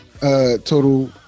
total